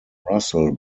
russell